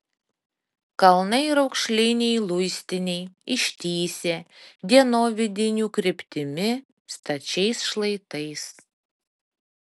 kalnai raukšliniai luistiniai ištįsę dienovidinių kryptimi stačiais šlaitais